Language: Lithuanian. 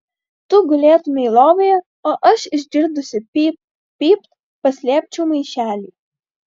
tu gulėtumei lovoje o aš išgirdusi pypt pypt paslėpčiau maišelį